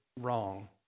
wrong